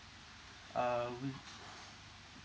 uh we